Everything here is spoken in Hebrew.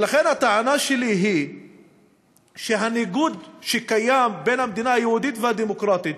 ולכן הטענה שלי היא שהניגוד שקיים בין המדינה היהודית והדמוקרטית,